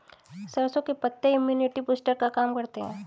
सरसों के पत्ते इम्युनिटी बूस्टर का काम करते है